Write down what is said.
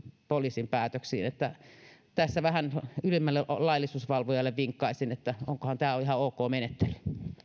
poliisin päätöksiin tässä vähän ylimmälle laillisuusvalvojalle vinkkaisin että onkohan tämä ihan ok menettely